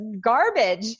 garbage